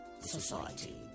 society